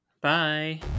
Bye